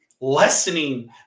Lessening